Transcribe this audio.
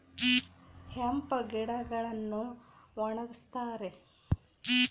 hemp ಗಿಡಗಳನ್ನು ಒಣಗಸ್ತರೆ